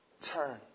turn